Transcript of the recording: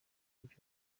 ibyo